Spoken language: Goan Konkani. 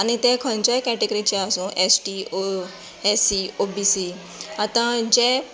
आनी ते खंयचेय कॅटेगरीचे आसूं S T S C O B C आतां जे